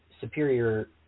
superior